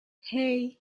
hey